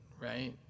right